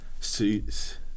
Suits